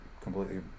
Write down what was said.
completely